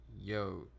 Yo